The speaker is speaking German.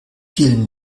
vielen